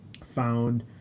found